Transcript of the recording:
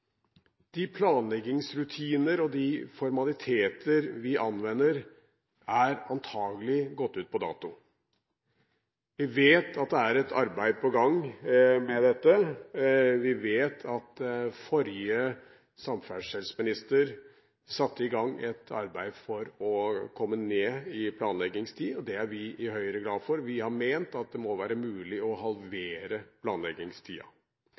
De planleggingsrutiner og de formaliteter vi anvender, er antakelig gått ut på dato. Vi vet at det er et arbeid på gang med dette, vi vet at forrige samferdselsminister satte i gang et arbeid for å komme ned i planleggingstid, og det er vi i Høyre glad for. Vi har ment at det må være mulig å halvere